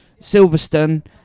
silverstone